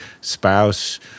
spouse